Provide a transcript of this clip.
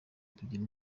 kugira